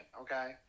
okay